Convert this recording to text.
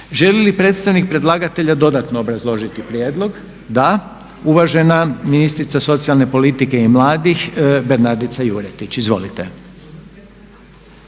Želi li predstavnik predlagatelja dodatno obrazložiti prijedlog? Da, uvažena ministrica socijalne politike i mladih Bernardica Juretić. Izvolite.